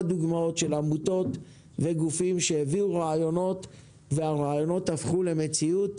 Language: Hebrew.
דוגמאות של עמותות וגופים שהביאו רעיונות והרעיונות הפכו למציאות.